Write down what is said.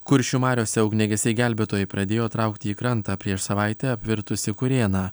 kuršių mariose ugniagesiai gelbėtojai pradėjo traukti į krantą prieš savaitę apvirtusį kurėną